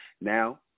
Now